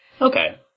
Okay